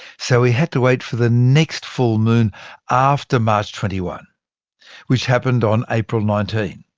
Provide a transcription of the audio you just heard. so we had to wait for the next full moon after march twenty one which happened on april nineteen.